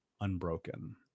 unbroken